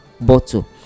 bottle